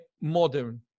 modern